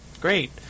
great